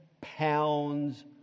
pounds